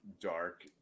dark